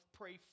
pray